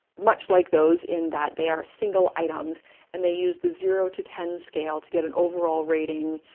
much like those in that they are single items and they use the zero to ten scale to get an overall rating,